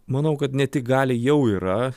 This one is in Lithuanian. manau kad ne tik gali jau yra